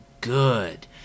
good